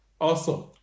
awesome